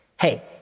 hey